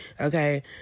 Okay